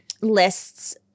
lists